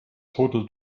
total